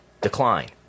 decline